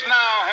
now